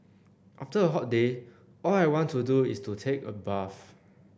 after a hot day all I want to do is to take a bath